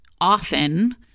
often